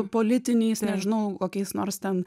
politiniais nežinau kokiais nors ten